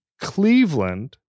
Cleveland